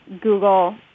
Google